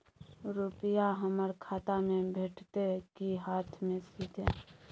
रुपिया हमर खाता में भेटतै कि हाँथ मे सीधे?